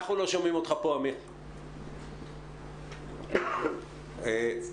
דבר